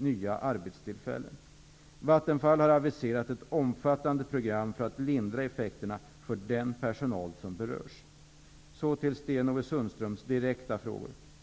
nya arbetstillfällen. Vattenfall har aviserat ett omfattande program för att lindra effekterna för den personal som berörs. Så till Sten-Ove Sundströms direkta frågor.